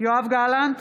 יואב גלנט,